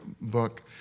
book